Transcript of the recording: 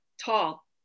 tall